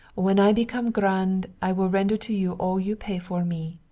when i become grand i will render to you all you pay for me.